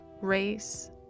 race